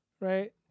right